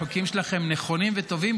החוקים שלכם נכונים וטובים,